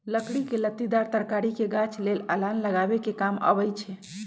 लकड़ी लत्तिदार तरकारी के गाछ लेल अलान लगाबे कें काम अबई छै